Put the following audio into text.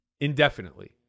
indefinitely